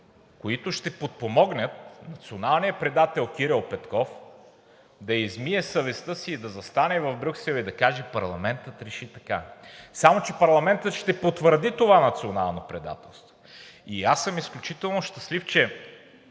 които ще подпомогнат националния предател Кирил Петков да измие съвестта си, да застане в Брюксел и да каже: парламентът реши така. Само че парламентът ще потвърди това национално предателство. И аз съм изключително щастлив, че